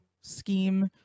scheme